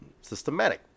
systematic